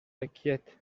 inquiète